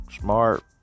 smart